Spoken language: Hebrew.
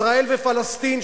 ישראל ופלסטין,